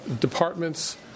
departments